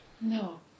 No